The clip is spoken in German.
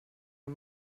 mir